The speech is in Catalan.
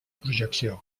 projecció